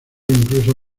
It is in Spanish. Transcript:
incluso